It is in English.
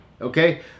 okay